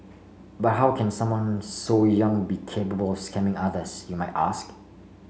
but how can someone so young be capable scamming others you might ask